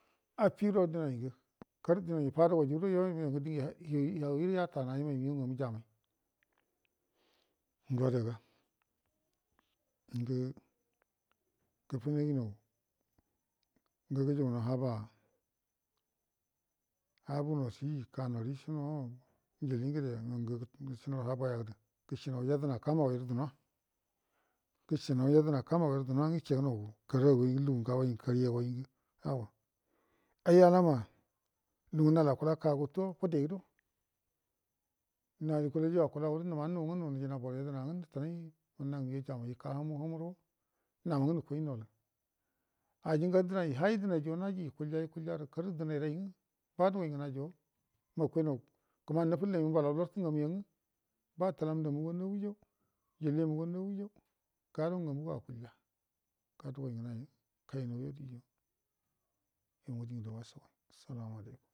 Affido dənai ngə karə dəna ngə fa dugai judo yawirə yatanəya ninen migau ngamu jamai ngo adaga ngə gəfanaginanya ugə gujuguman haba a-banoshi kanori shino ujili ngəde mangə gəshnan hakayadə gəshi nan yadəna kanagaurə dunoa gə shinau yadəna kamagai rə dunoa nga gə kegənan kariyaga ngə ago ai dama laga ngə nal akula kagu to fudedo na gukul di adkul do imma ed nijina borə yadəna nga nutunai munna ngə migau jamai ika humuro nukoi nolu gu dinai hai dinayo nayi yukulya yukulya nga karə dona rai nga ba dugai ngənarjo makanau kəmani nafullaimu mabalan lartə ngamu yanga ba tolam damugo nawajau njiliyamngo nawujau gado ngamugo akulya ga dugai ngneli kainan yo dijo yu ngə dingə dau washagə salamualaikum.